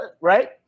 right